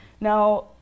Now